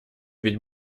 ведь